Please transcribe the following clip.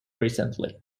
recently